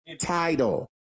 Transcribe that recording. title